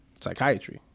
psychiatry